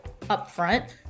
upfront